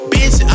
Bitch